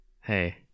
Hey